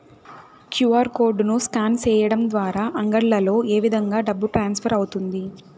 QR code ను scan సేయడం ద్వారా అంగడ్లలో ఏ విధంగా డబ్బు ట్రాన్స్ఫర్ అవుతుంది